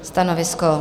Stanovisko?